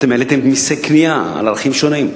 העליתם מסי קנייה על ערכים שונים.